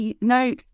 no